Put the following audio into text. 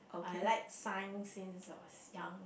I like Science since I was young